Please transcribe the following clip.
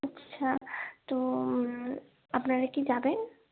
আচ্ছা তো আপনারা কি যাবেন